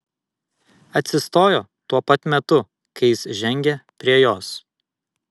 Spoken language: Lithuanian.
atsistojo tuo pat metu kai jis žengė prie jos